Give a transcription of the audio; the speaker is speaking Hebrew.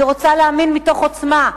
אני רוצה להאמין, מתוך עוצמה,